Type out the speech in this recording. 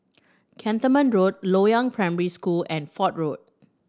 Cantonment Road Loyang Primary School and Fort Road